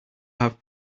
have